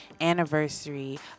anniversary